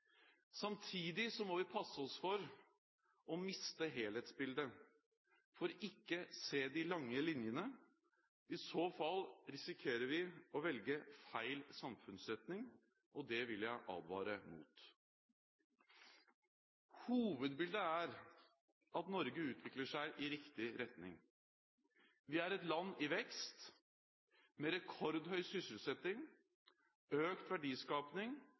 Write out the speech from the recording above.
Samtidig må vi passe oss for å miste helhetsbildet, for ikke å se de lange linjene. I så fall risikerer vi å velge feil samfunnsretning. Det vil jeg advare mot. Hovedbildet er at Norge utvikler seg i riktig retning. Vi er et land i vekst, med rekordhøy sysselsetting, økt